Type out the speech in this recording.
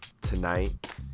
tonight